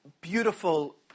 beautiful